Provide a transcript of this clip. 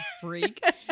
freak